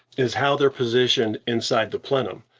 is how they're positioned inside the plenum.